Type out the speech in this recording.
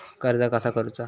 कर्ज कसा करूचा?